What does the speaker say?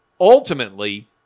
ultimately